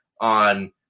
on